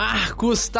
Marcos